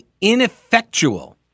ineffectual